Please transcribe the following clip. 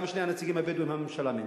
גם את שני הנציגים הבדואים הממשלה מינתה.